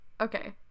Okay